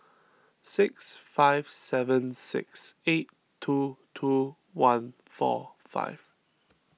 six five seven six eight two two one four five